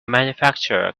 manufacturer